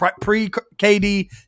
pre-KD